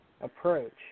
approach